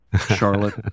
Charlotte